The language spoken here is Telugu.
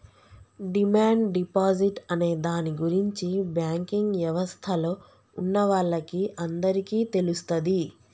డిమాండ్ డిపాజిట్ అనే దాని గురించి బ్యాంకింగ్ యవస్థలో ఉన్నవాళ్ళకి అందరికీ తెలుస్తది